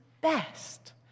best